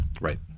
right